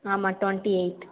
ஆமாம் twenty eight